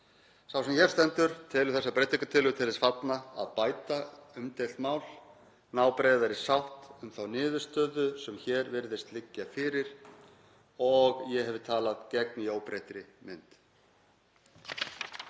Sá sem hér stendur telur þessa breytingartillögu til þess fallna að bæta umdeilt mál, ná breiðari sátt um þá niðurstöðu sem hér virðist liggja fyrir og ég hef talað gegn í óbreyttri mynd.